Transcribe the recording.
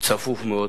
יישוב צפוף מאוד.